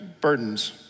burdens